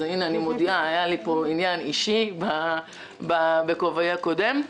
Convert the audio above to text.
אז הנה אני מודיעה: היה לי פה עניין אישי בכובעי הקודם.